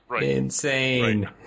insane